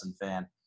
fan